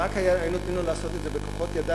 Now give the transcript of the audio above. אם רק היו נותנים לו לעשות את זה בכוחות ידיו,